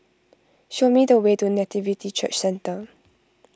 show me the way to Nativity Church Centre